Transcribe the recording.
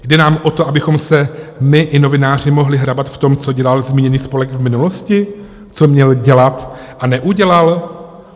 Jde nám o to, abychom se my i novináři mohli hrabat v tom, co dělal zmíněný spolek v minulosti, co měl dělat a neudělal?